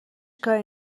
کاری